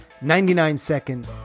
99-second